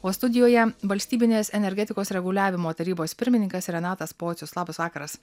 o studijoje valstybinės energetikos reguliavimo tarybos pirmininkas renatas pocius labas vakaras